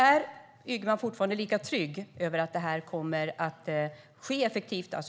Är Ygeman fortfarande lika trygg med att bevakningen kommer att ske effektivt?